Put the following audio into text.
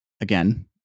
again